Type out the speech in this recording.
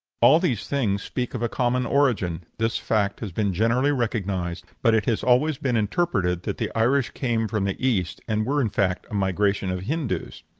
all these things speak of a common origin this fact has been generally recognized, but it has always been interpreted that the irish came from the east, and were in fact a migration of hindoos.